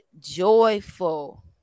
joyful